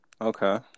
Okay